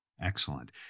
Excellent